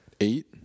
Eight